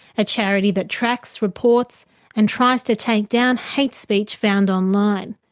a charity that tracks, reports and tries to take down hate speech found online.